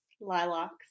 Lilacs